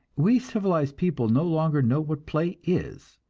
we civilized people no longer know what play is,